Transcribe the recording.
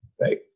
right